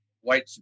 white